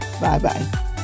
Bye-bye